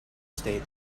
state